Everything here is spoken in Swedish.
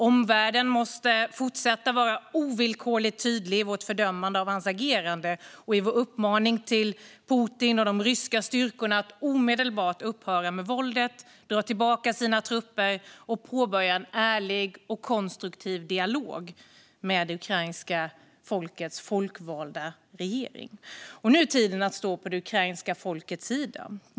Omvärlden måste fortsätta att vara ovillkorligt tydlig i sitt fördömande av hans agerande och i sin uppmaning till Putin och de ryska styrkorna att omedelbart upphöra med våldet, dra tillbaka sina trupper och påbörja en ärlig och konstruktiv dialog med det ukrainska folkets folkvalda regering. Nu är tiden att stå på det ukrainska folkets sida.